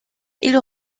ils